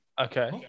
Okay